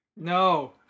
No